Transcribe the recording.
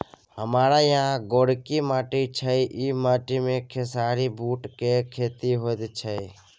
हमारा यहाँ गोरकी माटी छै ई माटी में खेसारी, बूट के खेती हौते की?